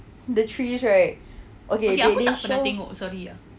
the trees right okay they they show